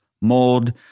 mold